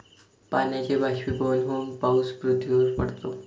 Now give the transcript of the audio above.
पाण्याचे बाष्पीभवन होऊन पाऊस पृथ्वीवर पडतो